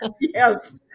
Yes